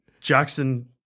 Jackson